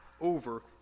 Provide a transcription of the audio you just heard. over